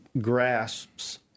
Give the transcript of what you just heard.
grasps